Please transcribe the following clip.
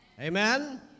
Amen